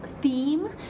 theme